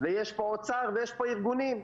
יש פה את האוצר ויש פה ארגונים.